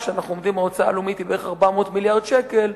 אם אנחנו אומרים שההוצאה הלאומית היא בערך 400 מיליארד שקל,